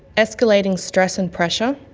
escalating stress and pressure,